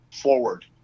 forward